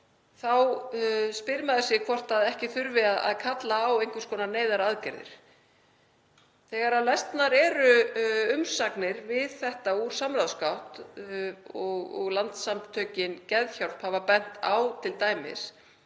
þá spyr maður sig hvort ekki þurfi að kalla á einhvers konar neyðaraðgerðir. Þegar lesnar eru umsagnir við þetta úr samráðsgátt, Landssamtökin Geðhjálp hafa t.d. bent á þetta,